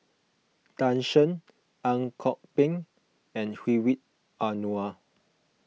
Tan Shen Ang Kok Peng and Hedwig Anuar